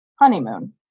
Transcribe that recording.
honeymoon